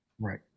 Right